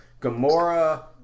Gamora